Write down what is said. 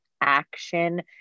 action